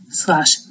slash